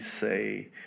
say